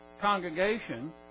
congregation